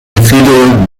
cathedral